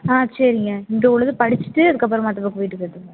ஆ சரிங்க இங்கே உள்ளதை படிச்சுட்டு அதுக்கப்புறமா வீட்டுக்கு எடுத்துகிட்டு போங்க